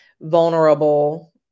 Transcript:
vulnerable